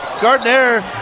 Gardner